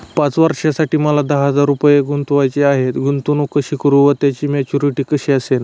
पाच वर्षांसाठी मला दहा हजार रुपये गुंतवायचे आहेत, गुंतवणूक कशी करु व त्याची मॅच्युरिटी कशी असेल?